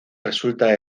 resulta